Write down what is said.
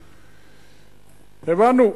הבנו,